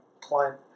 client